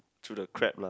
through the crap lah